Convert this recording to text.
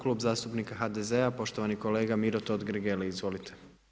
Klub zastupnika HDZ-a, poštovani kolega Miro Totgergeli, izvolite.